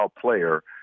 player